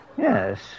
Yes